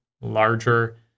larger